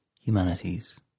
humanities